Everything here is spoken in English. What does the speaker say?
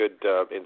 good